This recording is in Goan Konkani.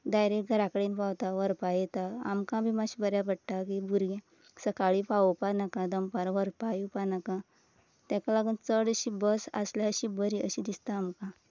डायरेक्ट घरा कडेन पावता व्हरपा येता आमकां बी मात्शे बऱ्या पडटा की भुरगीं सकाळीं पावोवपा नाका दनपारां व्हरपा येवपा नाका तेका लागून चड अशी बस आसल्यार अशी बरी अशी दिसता आमकां